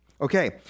Okay